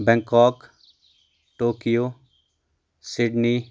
Bangkok Tokyo Sydney